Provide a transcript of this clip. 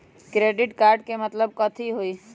Credit card के मतलब कथी होई?